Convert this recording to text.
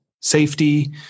safety